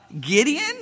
Gideon